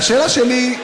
והשאלה שלי: